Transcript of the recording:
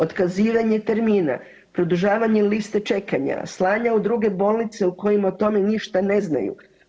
Otkazivanje termina, produživanje liste čekanja, slanja u druge bolnice u kojima o tome ništa ne znaju.